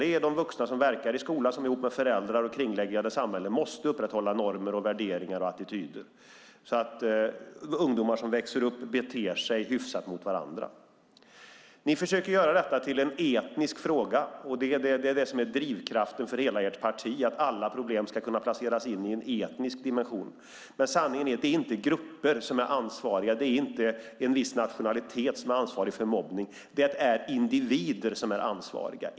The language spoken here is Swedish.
Det är de vuxna som verkar i skolan som ihop med föräldrar och kringliggande samhälle måste upprätthålla normer, värderingar och attityder så att ungdomar som växer upp beter sig hyfsat mot varandra. Ni i Sverigedemokraterna försöker göra detta till en etnisk fråga. Drivkraften för hela ert parti är att alla problem ska kunna placeras in i en etnisk dimension. Sanningen är att det inte är grupper som är ansvariga. Det är inte en viss nationalitet som är ansvarig för mobbning. Det är individer som är ansvariga.